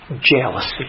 jealousy